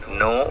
no